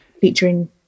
Featuring